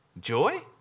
Joy